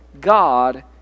God